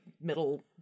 middle